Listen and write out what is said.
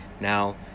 Now